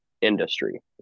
industry